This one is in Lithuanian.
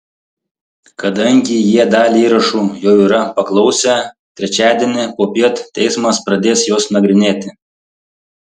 kadangi jie dalį įrašų jau yra paklausę trečiadienį popiet teismas pradės juos nagrinėti